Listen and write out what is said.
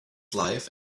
life